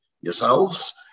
yourselves